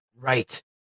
Right